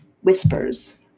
whispers